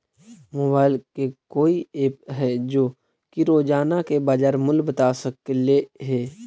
Mobile के कोइ app है जो कि रोजाना के बाजार मुलय बता सकले हे?